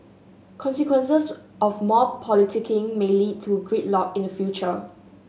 consequences of more politicking may lead to gridlock in future